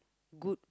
good